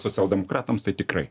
socialdemokratams tai tikrai